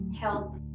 help